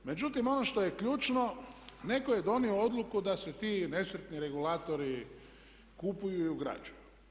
Međutim, ono što je ključno netko je donio odluku da se ti nesretni regulatori kupuju i ugrađuju.